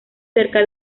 cerca